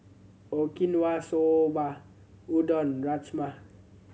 Okinawa Soba Udon Rajma